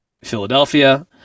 philadelphia